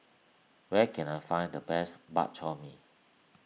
where can I find the best Bak Chor Mee